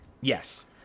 yes